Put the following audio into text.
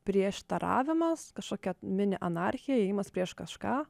prieštaravimas kažkokia mini anarchija ėjimas prieš kažką